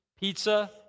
Pizza